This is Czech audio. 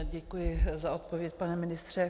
Děkuji za odpověď, pane ministře.